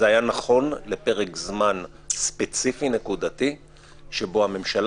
זה היה נכון לפרק זמן ספציפי נקודתי שבו הממשלה